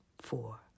four